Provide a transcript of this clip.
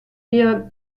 wir